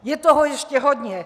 Je toho ještě hodně.